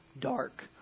dark